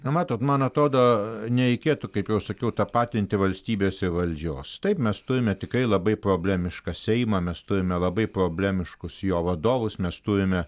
na natot mano atrodo nereikėtų kaip jau sakiau tapatinti valstybės ir valdžios taip mes turime tikrai labai problemišką seimą mes turime labai problemiškus jo vadovus mes turime